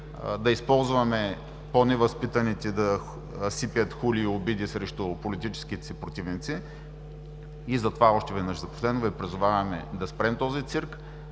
да използваме по-невъзпитаните да сипят хули и обиди срещу политическите си противници. Затова още веднъж, за последно, Ви призовавам да спрем този цирк,